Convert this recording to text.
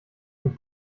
den